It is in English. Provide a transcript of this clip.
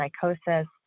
psychosis